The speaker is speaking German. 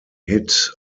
hit